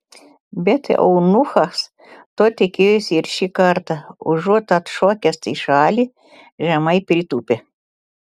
bet eunuchas to tikėjosi ir šį kartą užuot atšokęs į šalį žemai pritūpė